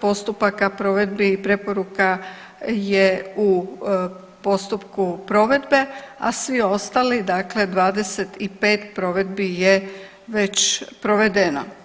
postupaka provedbi i preporuka je u postupku provedbe, a svi ostali dakle 25 provedbi je već provedeno.